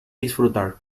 disfrutar